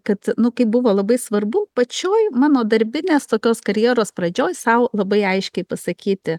kad nu kaip buvo labai svarbu pačioj mano darbinės tokios karjeros pradžioj sau labai aiškiai pasakyti